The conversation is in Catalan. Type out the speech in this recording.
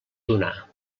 donar